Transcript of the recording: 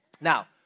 Now